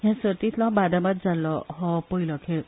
या सर्तीतलो बादाबाद जाल्लो हो पयलो खेळ